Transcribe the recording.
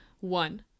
One